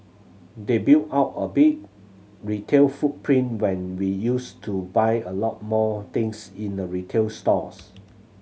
they built out a big retail footprint when we used to buy a lot more things in the retail stores